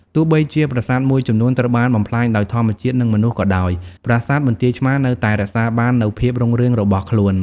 ទោះបីជាប្រាសាទមួយចំនួនត្រូវបានបំផ្លាញដោយធម្មជាតិ និងមនុស្សក៏ដោយ ប្រាសាទបន្ទាយឆ្មារនៅតែរក្សាបាននូវភាពរុងរឿងរបស់ខ្លួន។